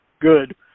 good